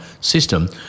system